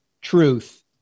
truth